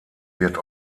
wird